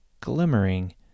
glimmering